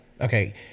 okay